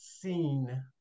seen